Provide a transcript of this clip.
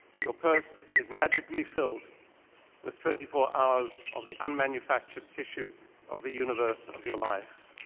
your purse is magically filled with twenty four hours of the unmanufactured tissue of the universe of your life.